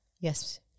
Yes